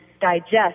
digest